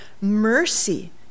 mercy